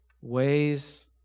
ways